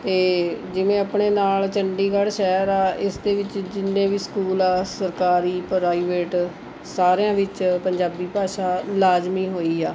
ਅਤੇ ਜਿਵੇਂ ਆਪਣੇ ਨਾਲ਼ ਚੰਡੀਗੜ੍ਹ ਸ਼ਹਿਰ ਆ ਇਸਦੇ ਵਿੱਚ ਜਿੰਨ੍ਹੇ ਵੀ ਸਕੂਲ ਆ ਸਰਕਾਰੀ ਪ੍ਰਾਈਵੇਟ ਸਾਰਿਆਂ ਵਿੱਚ ਪੰਜਾਬੀ ਭਾਸ਼ਾ ਲਾਜ਼ਮੀ ਹੋਈ ਆ